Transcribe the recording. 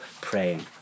praying